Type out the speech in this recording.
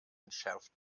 entschärft